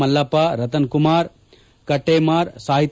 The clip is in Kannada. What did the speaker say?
ಮಲ್ಲಪ್ಪ ರತನ್ ಕುಮಾರ್ ಕಟ್ಟೀಮಾರ್ ಸಾಹಿತ್ಯ